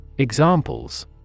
Examples